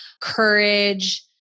courage